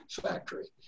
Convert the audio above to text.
factory